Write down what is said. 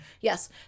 Yes